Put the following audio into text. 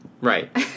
right